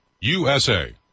USA